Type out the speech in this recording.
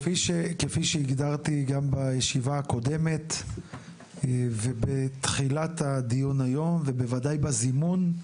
כפי שהגדרתי גם בישיבה הקודמת ובתחילת הדיון היום ובוודאי בזימון,